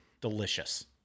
Delicious